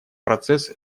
процесс